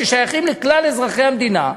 ששייכים לכלל אזרחי המדינה,